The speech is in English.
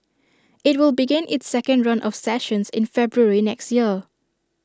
IT will begin its second run of sessions in February next year